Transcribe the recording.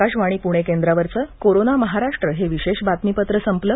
आकाशवाणी पुणे केंद्रावरच कोरोना महाराष्ट्र हे विशेष बातमीपत्र संपल